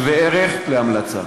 שווה ערך להמלצה,